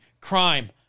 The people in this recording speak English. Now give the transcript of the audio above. crime